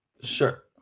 Sure